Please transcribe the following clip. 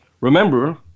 Remember